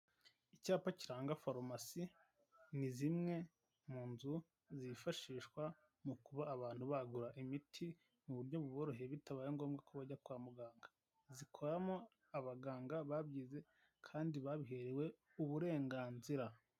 Icyapa kiranga farumasi, ni zimwe mu nzu zifashishwa mu kuba abantu bagura imiti mu buryo buboroheye bitabaye ngombwa ko bajya kwa muganga. Zikoramo abaganga babyize kandi babiherewe uburenganzira.